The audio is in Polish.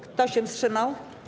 Kto się wstrzymał?